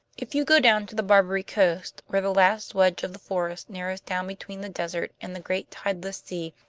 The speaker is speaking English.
if you go down to the barbary coast, where the last wedge of the forest narrows down between the desert and the great tideless sea,